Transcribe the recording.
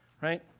right